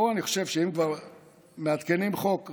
פה אני חושב שאם כבר מעדכנים חוק,